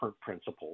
principles